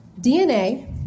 DNA